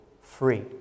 free